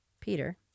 Peter